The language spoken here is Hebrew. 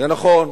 ונכון,